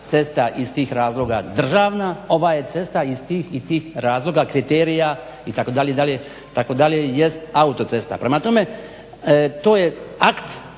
cesta iz tih razloga državna, ova je cesta iz tih i tih razloga, kriterija itd. jest autocesta. Prema tome, to je akt